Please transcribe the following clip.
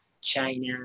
China